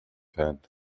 hand